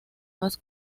más